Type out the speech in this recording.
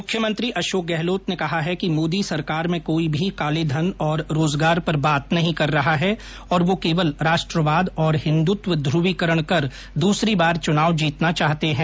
मुख्यमंत्री अशोक गहलोत ने कहा है कि मोदी सरकार में कोई भी कालेधन और रोजगार पर बात नहीं कर रहा है और वो केवल राष्ट्रवाद और हिन्दुत्व ध्रवीकरण कर दूसरी बार चुनाव जीतना चाहते हैं